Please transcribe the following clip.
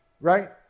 right